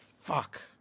Fuck